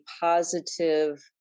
positive